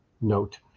note